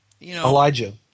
Elijah